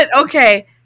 okay